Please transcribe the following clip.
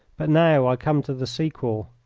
but now i come to the sequel.